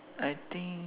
I think